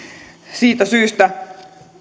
siitä syystä